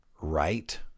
right